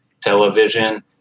television